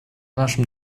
нашем